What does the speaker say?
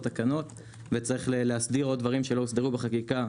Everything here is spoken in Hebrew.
תקנות וצריך להסדיר עוד דברים שלא הוסדרו בחקיקה,